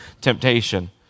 temptation